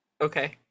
Okay